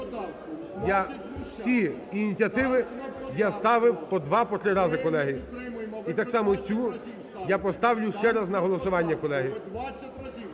всі ініціативи я ставив по два, по три рази, колеги. І так само й цю я поставлю ще раз на голосування, колеги.